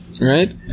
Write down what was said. right